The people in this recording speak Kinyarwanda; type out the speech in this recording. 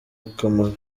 akamaro